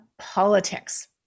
politics